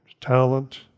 talent